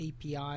API